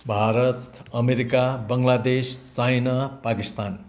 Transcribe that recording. Bharat America Bangladesh China Pakistan